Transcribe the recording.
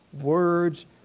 words